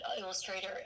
illustrator